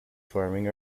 farming